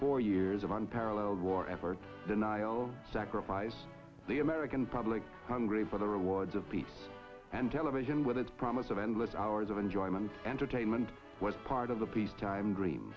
four years of unparalleled war ever deny all sacrifice the american public hungry for the rewards of peace and television with its promise of endless hours of enjoyment entertainment was part of the peacetime dream